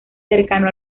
cercano